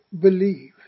believe